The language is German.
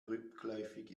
rückläufig